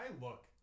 look